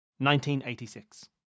1986